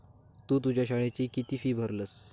तु तुझ्या शाळेची किती फी भरलस?